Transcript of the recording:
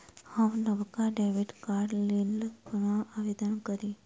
हम नवका डेबिट कार्डक लेल कोना आवेदन करी?